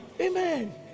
Amen